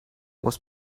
was